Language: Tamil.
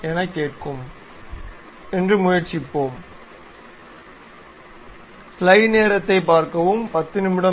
என்ன நடக்கும் என்று முயற்சிப்போம்